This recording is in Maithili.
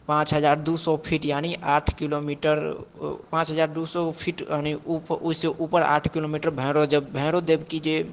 पाँच हजार दू सए फिट यानि आठ किलोमीटर पाँच हजार दू सए फिट यानि उप ओहिसँ ऊपर आठ किलोमीटर भैरव जब भैरव देव की जे